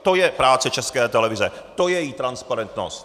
To je práce České televize, to je její transparentnost!